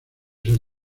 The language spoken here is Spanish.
ser